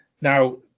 Now